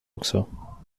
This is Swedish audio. också